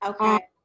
Okay